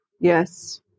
Yes